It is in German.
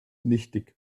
nichtig